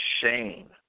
Shane